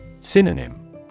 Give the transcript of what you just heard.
Synonym